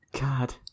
God